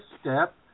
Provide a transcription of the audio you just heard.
step